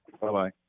Bye-bye